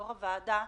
יו"ר הוועדה,